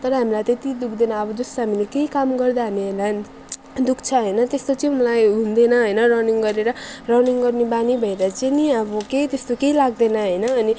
तर हामीलाई त्यति दुख्दैन अब जस्तै हामीले केही काम गर्दा हामीहरूलाई दुख्छ होइन त्यस्तो चाहिँ मलाई हुँदैन होइन रनिङ गरेर रनिङ गर्ने बानी भएर चाहिँ नि अब केही त्यस्तो केही लाग्दैन होइन अनि